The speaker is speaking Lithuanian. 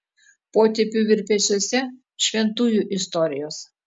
potėpių virpesiuose šventųjų istorijos